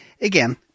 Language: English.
Again